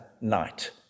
night